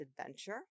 adventure